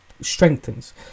strengthens